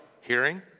Hearing